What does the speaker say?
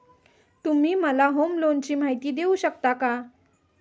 तुम्ही मला होम लोनची माहिती देऊ शकता का?